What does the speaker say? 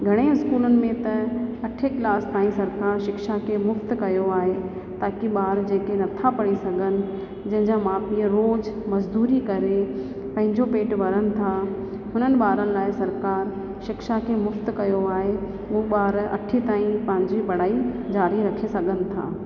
घणे स्कूलनि में त अठें क्लास ताईं सरकार शिक्षा खे मुक्त कयो आहे ताकी ॿार जेके नथा पढ़ी सघनि जंहिंजा माउ पीउ रोज़ु मज़दूरी करे पंहिंजो पेटु भरनि था हुननि ॿारनि लाइ सरकार शिक्षा खे मुक्त कयो आहे हू ॿार अठें ताईं पंहिंजी पढ़ाई जारी रखी सघनि था